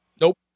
Nope